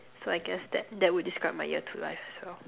so I guess that that would describe my year two life as well